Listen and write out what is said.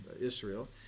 Israel